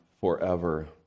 forever